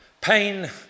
pain